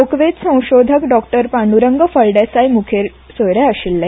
लोकवेद संशोधक डॉ पांड्रंग फळदेसाय मुखेल सोयरे आशिल्ले